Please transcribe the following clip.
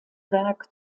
werk